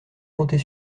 compter